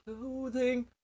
clothing